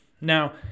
Now